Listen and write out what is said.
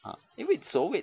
ah 因为所谓